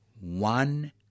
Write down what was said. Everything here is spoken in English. one